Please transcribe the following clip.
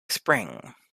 spring